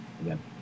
again